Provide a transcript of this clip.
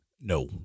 No